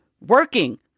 working